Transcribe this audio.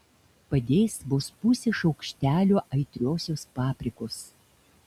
padės vos pusė šaukštelio aitriosios paprikos